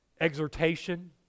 exhortation